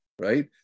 right